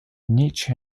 nietzsche